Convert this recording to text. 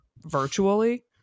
virtually